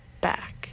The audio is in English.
back